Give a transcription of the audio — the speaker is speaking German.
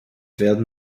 werden